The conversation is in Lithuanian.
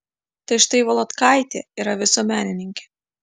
tai štai volodkaitė yra visuomenininkė